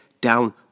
down